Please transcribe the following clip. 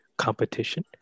Competition